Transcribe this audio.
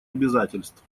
обязательств